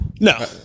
No